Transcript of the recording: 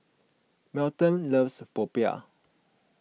Melton loves Popiah